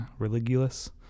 Religulous